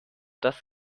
das